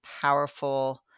powerful